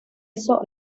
eso